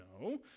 No